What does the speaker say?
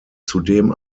zudem